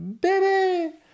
baby